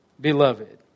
beloved